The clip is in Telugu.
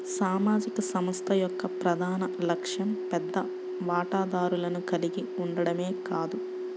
సామాజిక సంస్థ యొక్క ప్రధాన లక్ష్యం పెద్ద వాటాదారులను కలిగి ఉండటమే కాదు